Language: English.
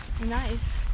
Nice